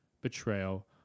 betrayal